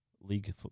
League